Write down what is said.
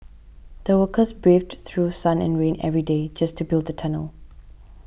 the workers braved through sun and rain every day just to build the tunnel